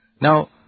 Now